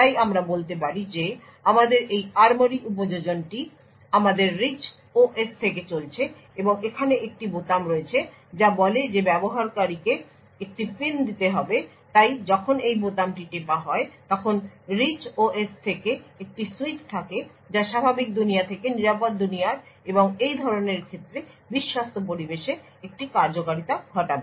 তাই আমরা বলতে পারি যে আমাদের এই ARMORY উপযোজনটি আমাদের রিচ OS থেকে চলছে এবং এখানে একটি বোতাম রয়েছে যা বলে যে ব্যবহারকারীকে একটি পিন দিতে হবে তাই যখন এই বোতামটি টেপা হয় তখন রিচOS থেকে একটি সুইচ থাকে যা স্বাভাবিক দুনিয়া থেকে নিরাপদ দুনিয়ার এবং এই ধরনের ক্ষেত্রে বিশ্বস্ত পরিবেশে একটি কার্যকরিতা ঘটবে